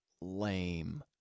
lame